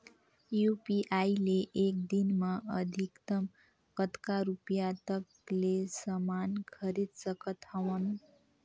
UPI ले एक दिन म अधिकतम कतका रुपिया तक ले समान खरीद सकत हवं?